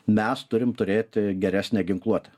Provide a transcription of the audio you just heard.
mes turim turėti geresnę ginkluotę